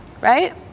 right